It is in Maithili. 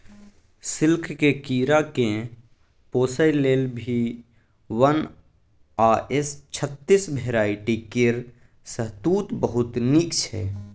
सिल्कक कीराकेँ पोसय लेल भी वन आ एस छत्तीस भेराइटी केर शहतुत बहुत नीक छै